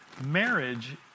Marriage